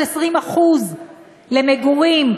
היום, כאשר לאחר שאומרים שמותר לבנות 20% למגורים,